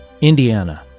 Indiana